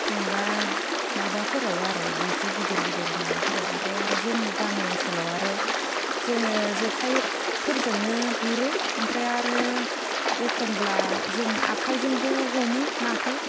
जेनेबा माबाफोराव आरो लैथो गिदिर गिदिर माबाफोराव ओमफ्राय आरो जोंनि गामि ओनसोलाव आरो जोङो जेखाइफोरजोंनो गुरो ओमफ्राय आरो एख'नब्ला जों आखाइजोंबो हमो नाखौ